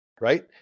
right